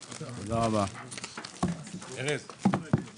החליטה לאשר את הרשימות להלן: רשימה לאישור מוסדות ציבור